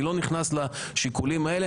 אני לא נכנס לשיקולים האלה,